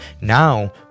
Now